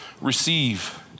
receive